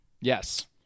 Yes